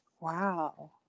Wow